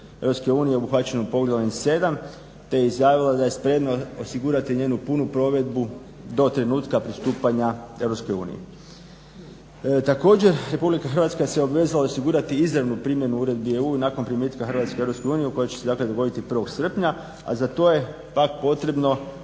unije obuhvaćenu poglavljem 7. te je izjavila da je spremna osigurati njenu punu provedbu do trenutka pristupanja Europskoj uniji. Također Republika Hrvatska se obvezala osigurati izravnu primjenu uredbi EU nakon primitka Hrvatske u Europsku uniju koja će se dogoditi 1. srpnja, a za to je pak potrebno